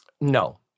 No